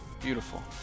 beautiful